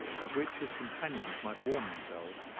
at which his companions might warm themselves,